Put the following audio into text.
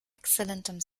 exzellentem